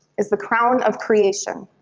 is the crown of creation.